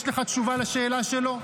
יש לך תשובה על השאלה שלו?